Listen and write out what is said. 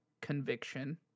conviction